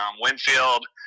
Winfield